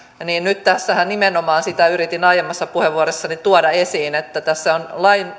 nyt tässähän nimenomaan sitä yritin aiemmassa puheenvuorossani tuoda esiin että tässä on